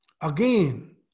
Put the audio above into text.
Again